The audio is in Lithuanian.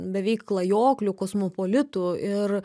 beveik klajokliu kosmopolitu ir